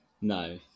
No